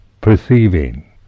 perceiving